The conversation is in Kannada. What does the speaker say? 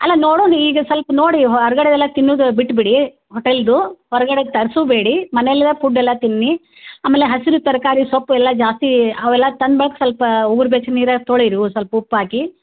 ಅಲ್ಲ ನೋಡೋಣ್ ಈಗ ಸೊಲ್ಪ ನೋಡಿ ಹೊರ್ಗಡೆದು ಎಲ್ಲ ತಿನ್ನುದು ಬಿಟ್ಟುಬಿಡಿ ಹೋಟೆಲ್ದು ಹೊರಗಡೆ ತರ್ಸೂ ಬೇಡಿ ಮನೇಲಿರೋ ಪುಡ್ ಎಲ್ಲ ತಿನ್ನಿ ಆಮೇಲೆ ಹಸಿರು ತರಕಾರಿ ಸೊಪ್ಪು ಎಲ್ಲ ಜಾಸ್ತಿ ಅವೆಲ್ಲ ತಂದ ಮ್ಯಾಕೆ ಸ್ವಲ್ಪ ಉಗ್ರು ಬೆಚ್ಚ ನೀರಾಗೆ ತೊಳೀರಿ ಸ್ವಲ್ಪ ಉಪ್ಪು ಹಾಕಿ